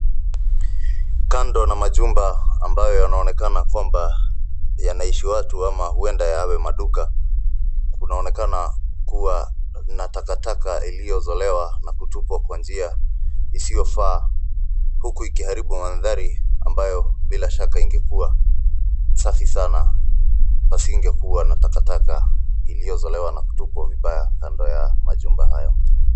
Kando na majumba ambayo yanaonekana kwamba yanaishi watu ama huenda yawe maduka kunaonekana kuwa na takataka iliozolewa na kutupwa kwa njia isiyofaa huku ikiharibu mandhari ambayo bila shaka ingekua safi sana pasingekuwa na takataka iliozolewa na kutupwa vibaya kando ya majumba hayo.